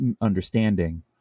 understanding